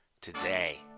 today